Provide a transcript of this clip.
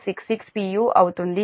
u అవుతుంది